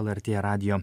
lrt radijo